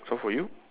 so for you